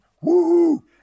woo